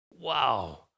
Wow